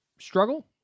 struggle